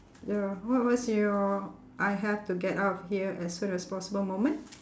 ya what was your I have to get out of here as soon as possible moment